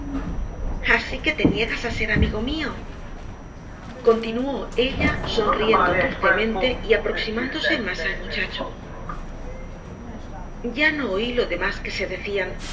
así que te niegas a ser amigo mío continuó ella sonriendo dulcemente y aproximándose más al muchacho ya no oí lo demás que se decían